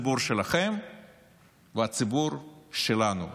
הציבור שלכם והציבור שלנו.